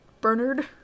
Bernard